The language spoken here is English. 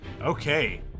Okay